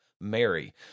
Mary